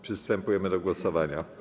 Przystępujemy do głosowania.